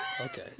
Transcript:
Okay